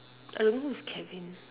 I don't know who's kevin